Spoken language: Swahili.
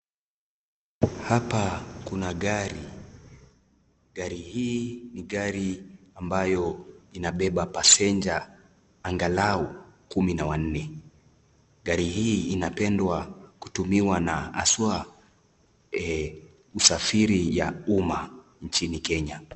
Hapa kuna gari. Gari hii ni gari ambayo inabeba passenger angalau kumi na wanne. Gari hii inapendwa kutumiwa na haswa usafiri ya umma nchini Kenya.